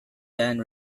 then